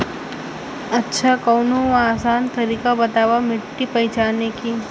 अच्छा कवनो आसान तरीका बतावा मिट्टी पहचाने की?